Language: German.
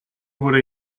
wurde